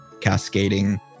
cascading